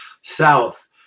south